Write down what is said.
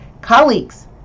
colleagues